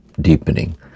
deepening